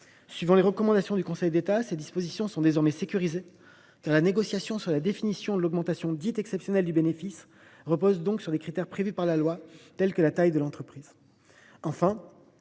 Suivant les recommandations du Conseil d’État, ces dispositions sont désormais sécurisées, car la négociation sur la définition de l’augmentation dite « exceptionnelle » du bénéfice repose sur des critères prévus par la loi, comme la taille de l’entreprise. Enfin,